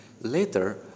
Later